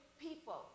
people